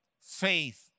faith